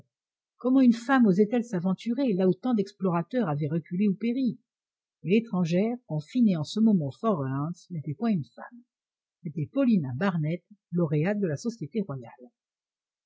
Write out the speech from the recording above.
comment une femme osait elle s'aventurer là où tant d'explorateurs avaient reculé ou péri mais l'étrangère confinée en ce moment au fort reliance n'était point une femme c'était paulina barnett lauréate de la société royale